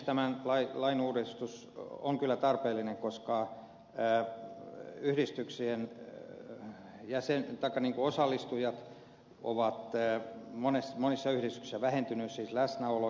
tämä lainuudistus on kyllä tarpeellinen koska yhdistyksien osallistujat ovat monissa yhdistyksissä vähentyneet siis läsnäolo